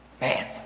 Man